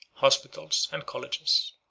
hospitals, and colleges.